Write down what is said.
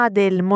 del